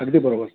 अगदी बरोबर